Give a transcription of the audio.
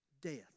death